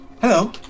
Hello